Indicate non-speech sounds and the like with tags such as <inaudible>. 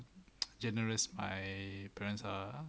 <noise> generous my parents are